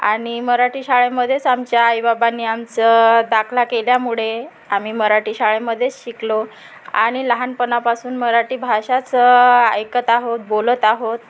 आणि मराठी शाळेमध्येच आमच्या आईबाबांनी आमचं दाखला केल्यामुळे आम्ही मराठी शाळेमध्येच शिकलो आणि लहानपनापासून मराठी भाषाच ऐकत आहोत बोलत आहोत